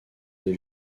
des